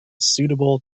suitable